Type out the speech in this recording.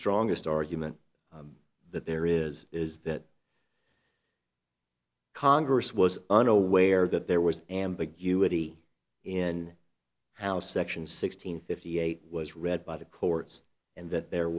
strongest argument that there is is that congress was unaware that there was ambiguity in how section six hundred fifty eight was read by the courts and that there